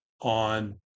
on